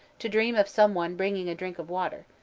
to dream of some one bringing a drink of water.